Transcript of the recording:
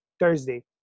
Thursday